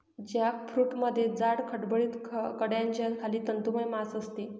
जॅकफ्रूटमध्ये जाड, खडबडीत कड्याच्या खाली तंतुमय मांस असते